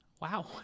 Wow